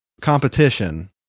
competition